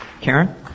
Karen